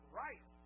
right